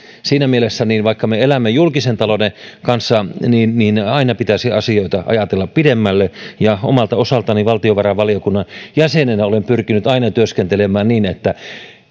siinä mielessä vaikka me elämme julkisen talouden kanssa aina pitäisi asioita ajatella pidemmälle ja omalta osaltani valtiovarainvaliokunnan jäsenenä olen pyrkinyt aina työskentelemään niin että